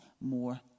more